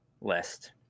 list